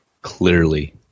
clearly